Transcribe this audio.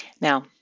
Now